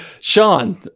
Sean